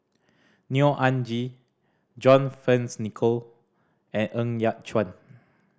Neo Anngee John Fearns Nicoll and Ng Yat Chuan